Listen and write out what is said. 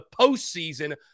postseason